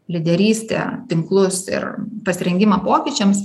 lyderystę tinklus ir pasirengimą pokyčiams